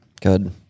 Good